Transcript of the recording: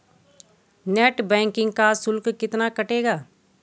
Net banking का शुल्क कितना कटेगा?